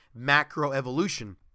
macroevolution